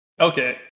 Okay